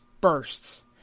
bursts